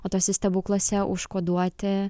o tuose stebukluose užkoduoti